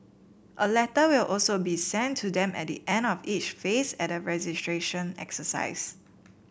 a letter will also be sent to them at the end of each phase at the registration exercise